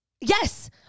yes